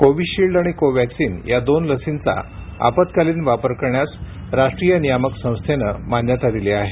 Covishield आणि Covaxin या दोन लसींचा आपत्कालीन वापर करण्यास राष्ट्रीय नियामक संस्थेनं मान्यता दिली आहे